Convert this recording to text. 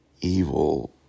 evil